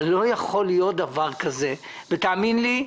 אבל לא יכול להיות דבר כזה והאמן לי,